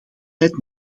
leidt